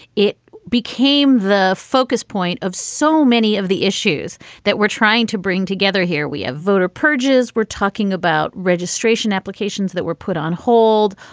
it became the focus point of so many of the issues that we're trying to bring together here. we have voter purges. we're talking about registration applications that were put on hold.